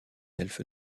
elfes